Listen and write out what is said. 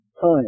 Time